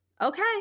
Okay